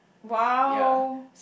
!wow!